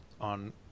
on